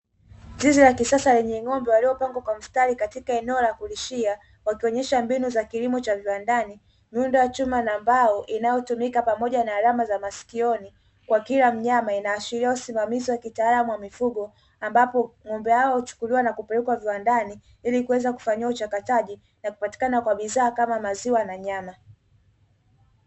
Zizi la kisasa lenye ng'ombe waliopangwa kwa mstari katika eneo la kulishia, wakionyesha mbinu za kilimo cha viwandani. Miundo ya chuma na mbao inayotumika pamoja na alama ya masikioni kwa kila mnyama, inaashiria usimamizi wa kitalaamu wa mifugo ambapo ng'ombe hao huchukuliwa na kupelekwa viwandani ili kuweza kufanyiwa uchakataji na kupatikana kwa bidhaa kama maziwa na nyama.